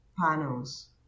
panels